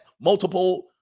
multiple